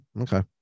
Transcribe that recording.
Okay